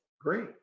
great